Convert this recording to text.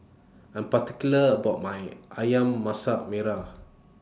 I Am particular about My Ayam Masak Merah